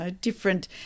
different